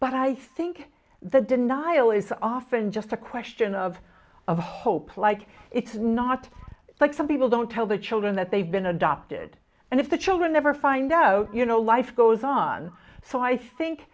but i think the denial is often just a question of a hope like it's not like some people don't tell the children that they've been adopted and if the children never find out you know life goes on so i think